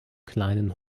kleinen